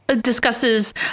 ...discusses